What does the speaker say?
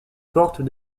portes